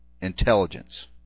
intelligence